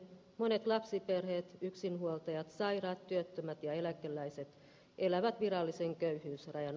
monet lapsiperheet yksinhuoltajat sairaat työttömät ja eläkeläiset elävät virallisen köyhyysrajan